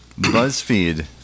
BuzzFeed